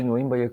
שינויים ביקום.